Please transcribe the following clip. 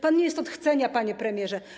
Pan nie jest od chcenia, panie premierze.